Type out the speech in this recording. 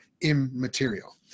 immaterial